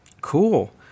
Cool